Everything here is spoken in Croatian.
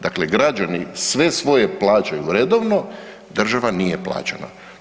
Dakle, građani sve svoje plaćaju redovno, država nije plaćala.